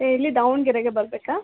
ಎಲ್ಲಿ ದಾವಣಗೆರೆಗೆ ಬರಬೇಕಾ